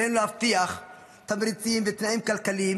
עלינו להבטיח תמריצים ותנאים כלכליים